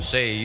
Say